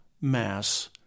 mass